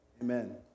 amen